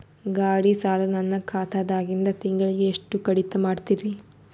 ಗಾಢಿ ಸಾಲ ನನ್ನ ಖಾತಾದಾಗಿಂದ ತಿಂಗಳಿಗೆ ಎಷ್ಟು ಕಡಿತ ಮಾಡ್ತಿರಿ?